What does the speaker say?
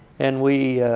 and we